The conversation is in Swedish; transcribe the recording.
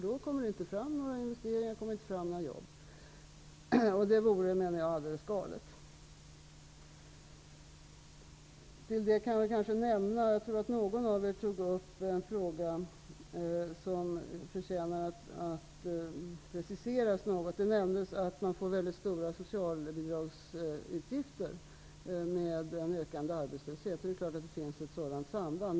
Då blir det inte några investeringar eller jobb. Det vore alldeles galet. Jag tror att någon av er tog upp en fråga som förtjänar att preciseras något. Det nämndes att man får stora socialbidragsutgifter med en ökande arbetslöshet. Det är klart att det finns ett sådant samband.